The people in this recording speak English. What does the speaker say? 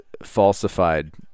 falsified